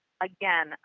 again